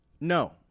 no